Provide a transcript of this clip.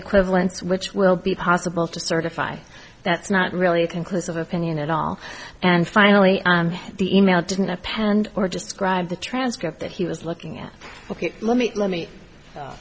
equivalence which will be possible to certify that's not really a conclusive opinion at all and finally the e mail didn't append or just grab the transcript that he was looking at ok let me let me